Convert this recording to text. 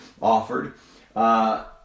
offered